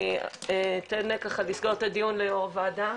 אני אתן לסגור את הדיון ליו"ר הוועדה.